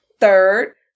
third